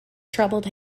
troubled